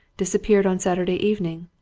disappeared on saturday evening,